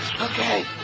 Okay